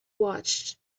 watched